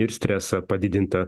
ir stresą padidintą